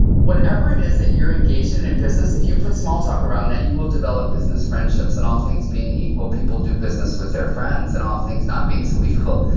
whatever it is that you're engaging in business, if you put small talk around that, you will develop business friendships and all things being equal, people do business with their friends and all things not being so equal,